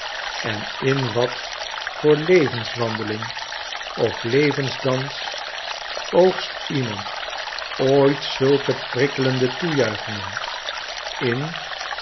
en in wat voor levenswandeling of levensdans oogst iemand ooit zulke prikkelende toejuichingen in